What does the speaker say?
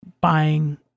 buying